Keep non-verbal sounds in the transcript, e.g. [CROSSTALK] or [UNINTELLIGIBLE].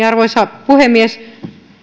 [UNINTELLIGIBLE] arvoisa puhemies